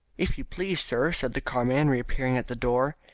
if you please, sir, said the carman, reappearing at the door,